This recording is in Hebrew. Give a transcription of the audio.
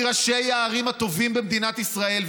כי ראשי הערים הטובים במדינת ישראל,